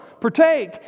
Partake